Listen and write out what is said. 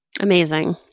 Amazing